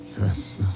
Yes